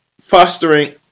fostering